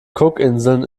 cookinseln